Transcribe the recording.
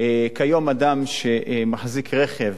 כיום אדם שמחזיק רכב,